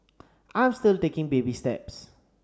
I'm still taking baby steps